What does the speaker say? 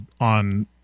on